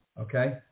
okay